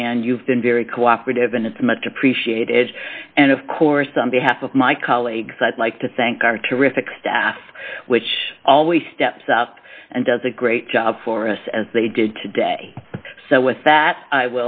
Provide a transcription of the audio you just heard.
and you've been very cooperative and it's much appreciated and of course on behalf of my colleagues i'd like to thank our terrific staff which always steps up and does a great job for us as they did today so with that